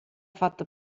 fatto